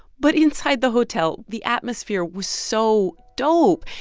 but inside the hotel, the atmosphere was so dope.